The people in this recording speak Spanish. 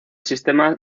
sistema